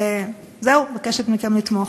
וזהו, מבקשת מכם לתמוך.